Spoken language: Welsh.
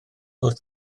wrth